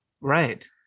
Right